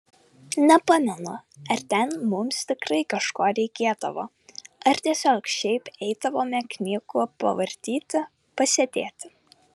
nepamenu ar ten mums tikrai kažko reikėdavo ar tiesiog šiaip eidavome knygų pavartyti pasėdėti